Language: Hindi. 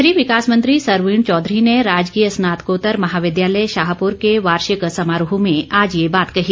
शहरी विकास मंत्री सरवीण चौधरी ने राजकीय स्नातकोत्तर महाविद्यालय शाहपूर के वार्षिक समारोह में आज ये बात कही